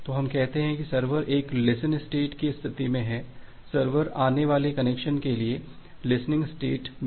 तो हम कहते हैं कि सर्वर एक लिसेन स्टेट की स्थिति में है सर्वर आने वाले कनेक्शन के लिए लिसनिंग स्टेट है